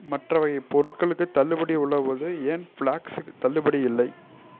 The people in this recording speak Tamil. மற்ற வகைப் பொருட்களுக்குத் தள்ளுபடி உள்ளபோது ஏன் ஃப்ளாக்ஸ்க்கு தள்ளுபடி இல்லை